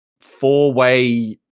four-way